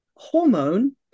hormone